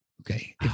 Okay